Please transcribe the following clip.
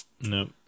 No